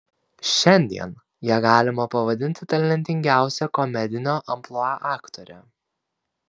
šiandien ją galima pavadinti talentingiausia komedinio amplua aktore